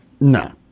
No